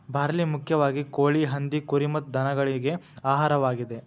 barley ಮುಖ್ಯವಾಗಿ ಕೋಳಿ, ಹಂದಿ, ಕುರಿ ಮತ್ತ ದನಗಳಿಗೆ ಆಹಾರವಾಗಿದೆ